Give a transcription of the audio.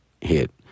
hit